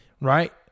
right